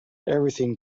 everything